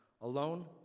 Alone